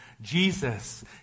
Jesus